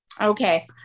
Okay